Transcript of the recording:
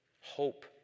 Hope